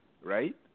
right